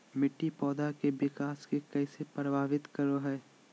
मिट्टी पौधा के विकास के कइसे प्रभावित करो हइ?